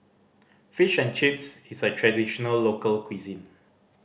Fish and Chips is a traditional local cuisine